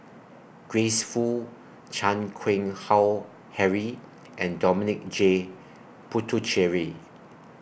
Grace Fu Chan Keng Howe Harry and Dominic J Puthucheary